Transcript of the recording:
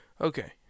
Okay